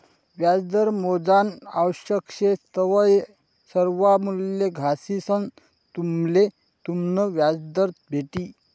व्याजदर मोजानं आवश्यक शे तवय सर्वा मूल्ये घालिसंन तुम्हले तुमनं व्याजदर भेटी